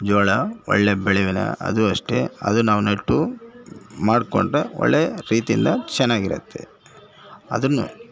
ಜೋಳ ಒಳ್ಳೆಯ ಬೆಳೆವಿನಾ ಅದು ಅಷ್ಟೆ ಅದು ನಾವು ನೆಟ್ಟು ಮಾಡ್ಕೊಂಡ್ರೆ ಒಳ್ಳೆಯ ರೀತಿಯಿಂದ ಚೆನ್ನಾಗಿರತ್ತೆ ಅದನ್ನು